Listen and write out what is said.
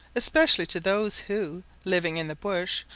especially to those who, living in the bush,